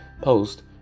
post